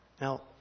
Now